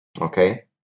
Okay